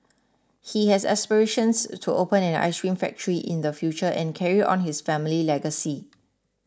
he has aspirations to open an ice cream factory in the future and carry on his family legacy